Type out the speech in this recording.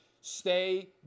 stay